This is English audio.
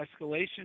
escalation